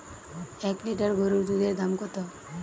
এক লিটার গোরুর দুধের দাম কত?